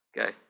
Okay